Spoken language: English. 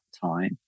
time